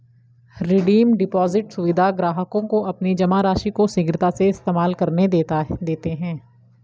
redeem deposit सुविधा ग्राहकों को अपनी जमा राशि को शीघ्रता से इस्तेमाल करने देते है